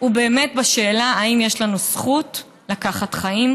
הוא באמת בשאלה אם יש לנו זכות לקחת חיים.